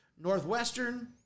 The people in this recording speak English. Northwestern